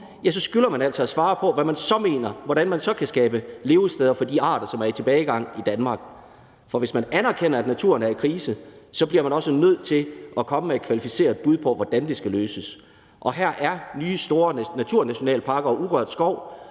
så skylder man altså at svare på, hvordan man så mener man kan skabe levesteder for de arter, som er i tilbagegang i Danmark. For hvis man anerkender, at naturen er i krise, bliver man også nødt til at komme med et kvalificeret bud på, hvordan det skal løses, og her er nye, store naturnationalparker og urørt skov